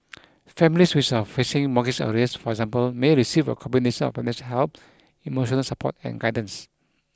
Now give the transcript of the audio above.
families which are facing mortgage arrears for example may receive a combination of financial help emotional support and guidance